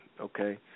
okay